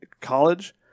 college